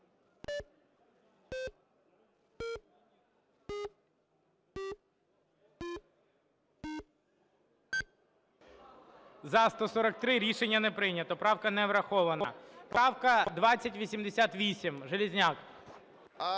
За-143 Рішення не прийнято. Правка не врахована. Правка 2088, Железняк.